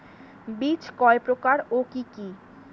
বীজ কয় প্রকার ও কি কি?